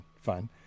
fun